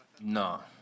No